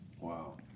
Wow